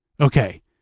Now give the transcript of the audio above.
Okay